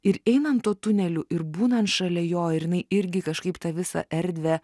ir einant tuo tuneliu ir būnant šalia jo ir jinai irgi kažkaip tą visą erdvę